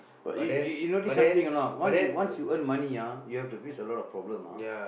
but you you notice something or not once once you earn money ah you have to face a lot of problems ah